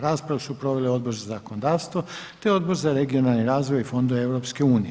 Raspravu su proveli Odbor za zakonodavstvo te Odbor za regionalni razvoj i fondove EU.